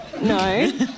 No